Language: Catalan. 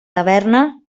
taverna